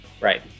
right